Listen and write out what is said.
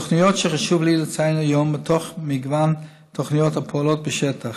תוכניות שחשוב לי לציין היום מתוך מגוון תוכניות הפועלות בשטח: